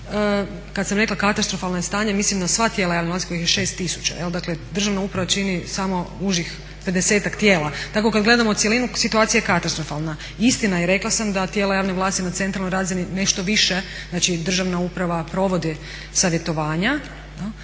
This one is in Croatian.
Kad sam rekla katastrofalno je stanje, mislim na sva tijela javne vlasti kojih je 6000. Dakle, državna uprava čini samo užih 50-tak tijela, tako kad gledamo cjelinu situacija je katastrofalna. Istina je, rekla sam da tijela javne vlasti na centralnoj razini nešto više, znači Državna uprava provode savjetovanja.